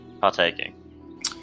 partaking